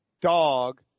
dog